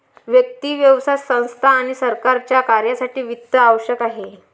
व्यक्ती, व्यवसाय संस्था आणि सरकारच्या कार्यासाठी वित्त आवश्यक आहे